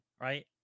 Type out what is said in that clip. right